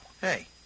Hey